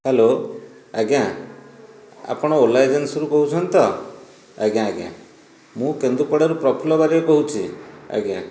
hello ଆଜ୍ଞା ଆପଣ Ola ଏଜେନ୍ସିରୁ କହୁଛନ୍ତି ତ ଆଜ୍ଞା ଆଜ୍ଞା ମୁଁ କେନ୍ଦୁପଡ଼ାରୁ ପ୍ରଫୁଲ୍ଲ ବାରିକ କହୁଛି ଆଜ୍ଞା